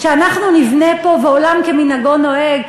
שאנחנו נבנה פה ועולם כמנהגו נוהג?